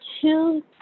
two